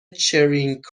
چرینگ